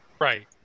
Right